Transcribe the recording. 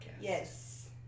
Yes